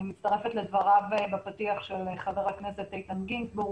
אני מצטרפת לדבריו בפתיח של חבר הכנסת איתן גינזבורג.